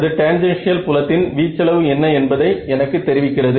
அது டேன்ஜென்ஷியல் புலத்தின் வீச்சளவு என்ன என்பதை எனக்கு தெரிவிக்கிறது